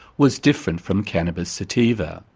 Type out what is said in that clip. was different from cannabis sativa,